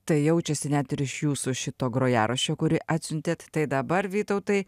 tai jaučiasi net ir iš jūsų šito grojaraščio kurį atsiuntėt tai dabar vytautai